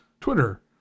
twitter